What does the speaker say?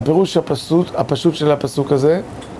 פירוש הפסוק, הפשוט של הפסוק הזה